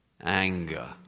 anger